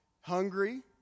hungry